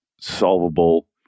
solvable